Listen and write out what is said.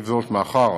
עם זאת, מאחר